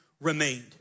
remained